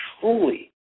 truly